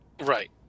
Right